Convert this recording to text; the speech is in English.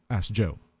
asked joe.